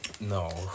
No